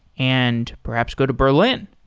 and perhaps go to berlin.